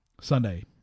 Sunday